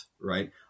right